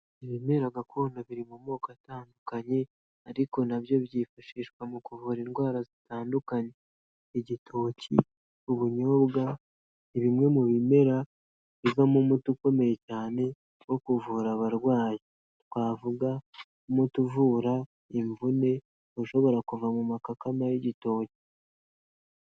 Ibimera gakondo biri mu moko atandukanye ariko na byo byifashishwa mu kuvura indwara zitandukanye, igitoki, ubunyobwa ni bimwe mu bimera bivamo umuti ukomeye cyane wo kuvura abarwayi, twavuga nk'umuti uvura imvune ushobora kuva mu makakama y'igitoki.